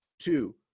two